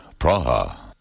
Praha